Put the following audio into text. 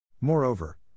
Moreover